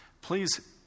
Please